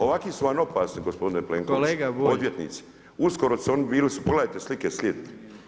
Ovakvi su van opasni gospodine Plenkoviću odvjetnici, uskoro su oni bili, pogledajte slike slijed.